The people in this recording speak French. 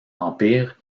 empire